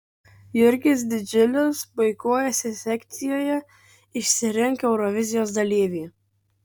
jurgis didžiulis puikuojasi sekcijoje išsirink eurovizijos dalyvį